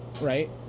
right